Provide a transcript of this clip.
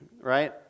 Right